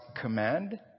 command